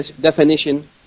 definition